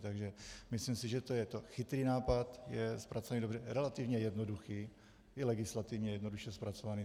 Takže myslím, že to je chytrý nápad, je zpracovaný dobře, je relativně jednoduchý i legislativně jednoduše zpracovaný.